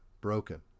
broken